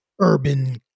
urban